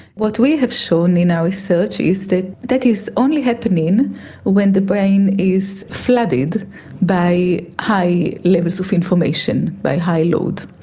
what we have shown in our research is that that is only happening when the brain is flooded by high levels of information, by high load.